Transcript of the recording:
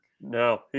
No